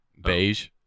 Beige